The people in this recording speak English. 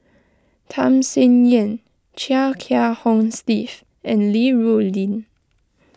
Tham Sien Yen Chia Kiah Hong Steve and Li Rulin